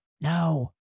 No